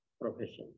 profession